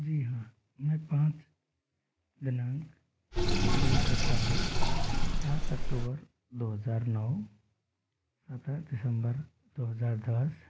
जी हाँ मैं पाँच दिनांक बोल सकता हूँ सात अक्टूबर दो हजार नौ सत्रह दिसंबर दो हजार दस